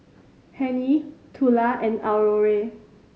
Hennie Tula and Aurore